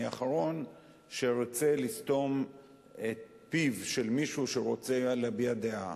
אני האחרון שארצה לסתום את פיו של מישהו שרוצה להביע דעה,